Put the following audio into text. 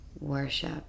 worship